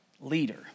leader